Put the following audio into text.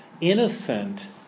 innocent